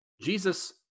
Jesus